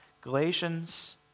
Galatians